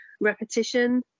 repetition